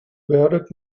bearded